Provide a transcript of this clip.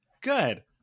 Good